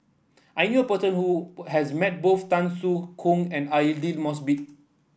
I knew a person who has met both Tan Soo Khoon and Aidli Mosbit